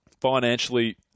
financially